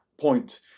point